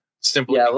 Simply